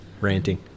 ranting